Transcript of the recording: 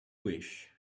wish